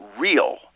real